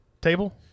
table